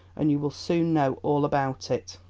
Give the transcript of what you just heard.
and you will soon know all about it.